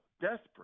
desperate